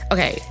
Okay